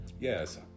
yes